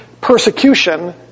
persecution